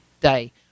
day